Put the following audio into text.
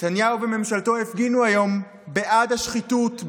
נתניהו וממשלתו הפגינו היום בעד השחיתות,